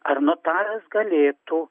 ar notaras galėtų